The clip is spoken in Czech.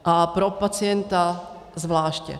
A pro pacienta zvláště.